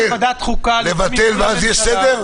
לבטל ואז יש סדר?